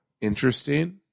interesting